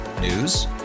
News